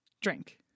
drink